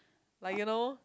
like you know